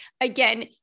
Again